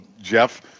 Jeff